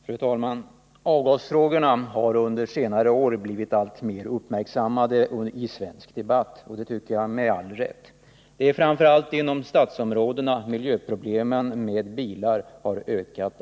Fru talman! Avgasfrågorna har under senare år blivit alltmer uppmärksammade i svensk debatt — och det med all rätt. Det är framför allt inom stadsområdena som de miljömässiga problemen med bilar har ökat.